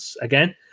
Again